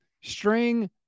string